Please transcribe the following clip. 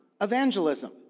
evangelism